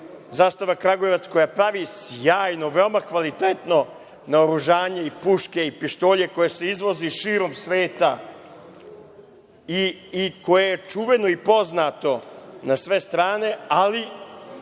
„Zastava Kragujevac“ koja pravi sjajnu, veoma kvalitetno naoružanje i puške i pištolje koje se izvozi širom sveta i koje je čuveno i poznato na sve strane, ali